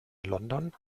london